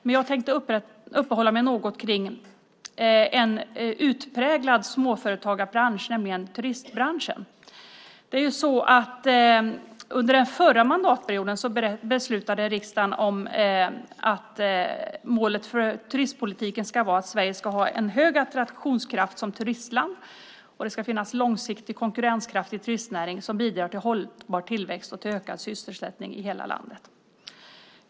Men jag tänkte uppehålla mig något vid en utpräglad småföretagarbransch, nämligen turistbranschen. Under den förra mandatperioden beslutade riksdagen om att målet för turistpolitiken ska vara att Sverige ska ha en hög attraktionskraft som turistland och att det ska finnas en långsiktig konkurrenskraft i turistnäringen som bidrar till hållbar tillväxt och till ökad sysselsättning i hela landet.